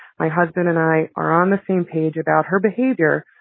my husband and i are on the same page about her behavior,